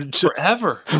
forever